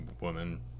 woman